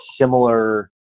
similar